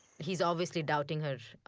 he's obviously doubting her, um,